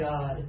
God